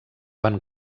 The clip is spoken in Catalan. van